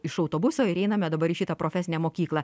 iš autobuso ir einame dabar į šitą profesinę mokyklą